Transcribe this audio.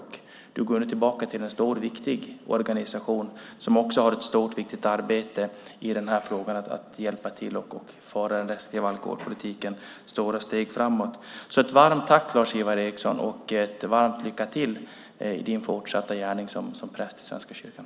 Han går nu tillbaka till en stor och viktig organisation som gör ett stort och viktigt arbete med att hjälpa till att föra den restriktiva alkoholpolitiken framåt med stora steg. Varmt tack till dig, Lars-Ivar Ericson, och lycka till i din fortsatta gärning som präst i Svenska kyrkan!